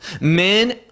Men